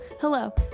hello